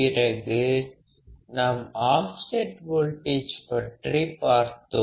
பிறகு நாம் offset voltage பற்றி பார்த்தோம்